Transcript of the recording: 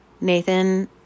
Nathan